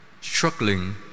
struggling